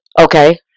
Okay